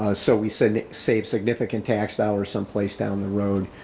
ah so we save save significant tax dollars some place down the road,